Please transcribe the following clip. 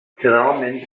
generalment